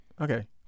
okay